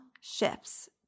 shifts